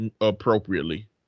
appropriately